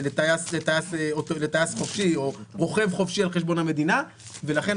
לטייס חופשי או רוכב חופשי על חשבון המדינה ולכן